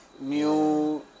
new